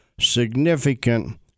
significant